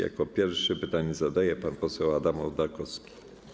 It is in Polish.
Jako pierwszy pytanie zadaje pan poseł Adam Ołdakowski.